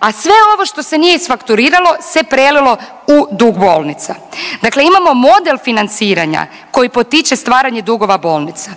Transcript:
a sve ovo što se nije isfakturiralo se prelilo u dug bolnica. Dakle, imamo model financiranja koji potiče stvaranja dugova bolnica.